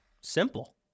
simple